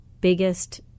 biggest